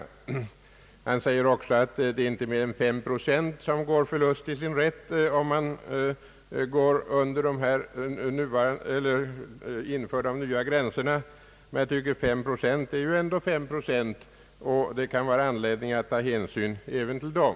Herr Svedberg säger också att inte mer än 5 procent går förlustiga sin rätt om vi inför de nya gränserna. Men det är ändå 5 procent, och det kan finnas anledning att ta hänsyn även till dem.